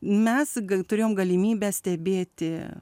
mes turėjom galimybę stebėti